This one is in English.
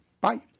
Bye